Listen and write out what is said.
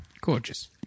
Gorgeous